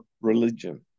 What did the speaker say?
Religion